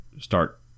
start